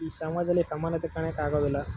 ಈ ಸಮಾಜದಲ್ಲಿ ಸಮಾನತೆ ಕಾಣೋಕ್ಕೆ ಆಗೋದಿಲ್ಲ